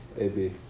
AB